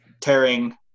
tearing